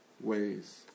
ways